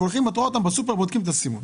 ואנחנו רואים אותם בסופרמרקט בודקים את הסימונים.